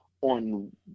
on